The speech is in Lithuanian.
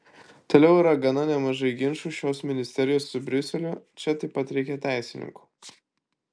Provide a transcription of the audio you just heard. toliau yra gana nemažai ginčų šios ministerijos su briuseliu čia taip pat reikia teisininkų